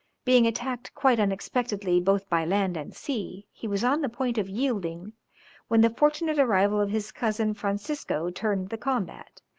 being attacked quite unexpectedly both by land and sea, he was on the point of yielding when the fortunate arrival of his cousin francisco turned the combat,